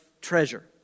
treasure